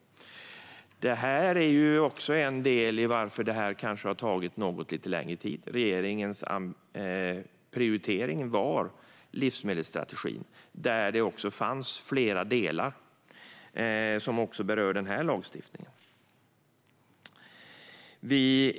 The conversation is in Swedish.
Detta är också en del i varför det kanske har tagit lite längre tid. Regeringens prioritering var livsmedelsstrategin, där det fanns flera delar som berör även den här lagstiftningen.